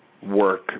work